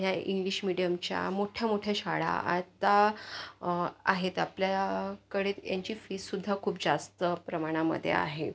ह्या इंग्लिश मीडियमच्या मोठ्या मोठ्या शाळा आत्ता आहेत आपल्याकडे यांची फीससुद्धा खूप जास्त प्रमाणामध्ये आहे